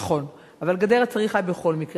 נכון, אבל גדר היה צריך בכל מקרה.